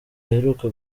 aheruka